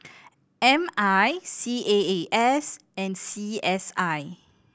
M I C A A S and C S I